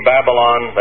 Babylon